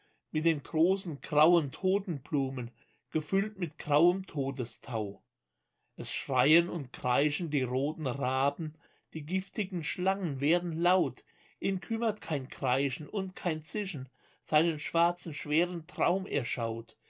mit den großen grauen totenblumen gefüllt mit grauem todestau es schreien und kreischen die roten raben die giftigen schlangen werden laut ihn kümmert kein kreischen und kein zischen seinen schwarzen schweren traum er